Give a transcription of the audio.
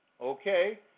okay